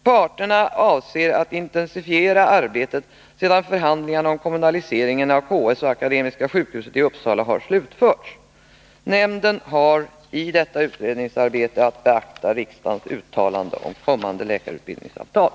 Parterna avser att intensifiera arbetet sedan förhandlingarna om kommunaliseringen av KS och Akademiska sjukhuset i Uppsala har slutförts. Nämnden har i detta utredningsarbete att beakta riksdagens uttalande om kommande läkarutbildningsavtal.